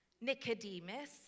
Nicodemus